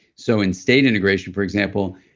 so in state integration, for example,